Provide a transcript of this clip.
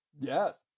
Yes